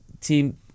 Team